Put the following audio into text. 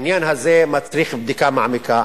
שהעניין הזה מצריך בדיקה מעמיקה.